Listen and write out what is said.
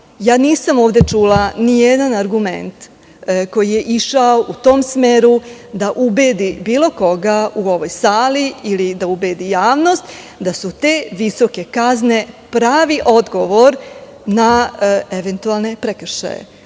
kazne. Nisam ovde čula nijedan argument koji je išao u tom smeru, da ubedi bilo koga u ovoj sali ili da ubedi javnost da su te visoke kazne pravi odgovor na eventualne prekršaje.